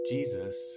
Jesus